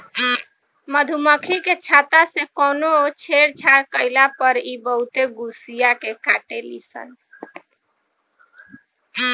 मधुमखी के छत्ता से कवनो छेड़छाड़ कईला पर इ बहुते गुस्सिया के काटेली सन